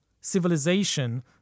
civilization